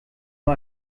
nur